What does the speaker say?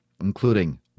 including